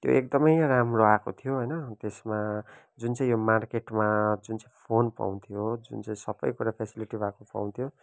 त्यो एकदमै राम्रो आएको थियो होइन त्यसमा जुन चाहिँ यो मार्केटमा जुन चाहिँ फोन पाउँथ्यो जुन चाहिँ सबै कुरा फ्यासिलिटी भएको पाउँथ्यो